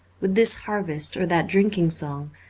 with this harvest or that drinking-song,